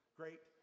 great